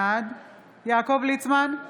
בעד יעקב ליצמן,